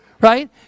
Right